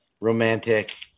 romantic